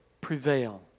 prevail